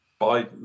Biden